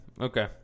okay